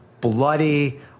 bloody